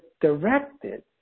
directed